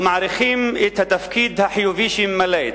ומעריכים את התפקיד החיובי שהיא ממלאת.